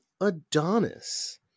Adonis